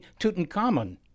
Tutankhamun